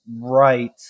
right